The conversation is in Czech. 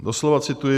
Doslova cituji: